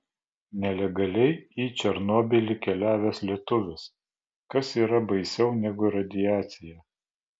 nelegaliai į černobylį keliavęs lietuvis kas yra baisiau negu radiacija